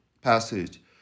passage